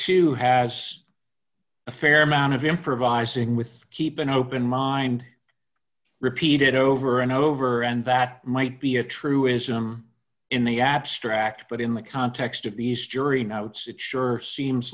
too has a fair amount of improvising with keep an open mind repeated over and over and that might be a truism in the abstract but in the context of these jury notes it sure seems